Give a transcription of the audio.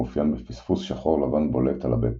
מאופיין בפספוס שחור-לבן בולט על הבטן.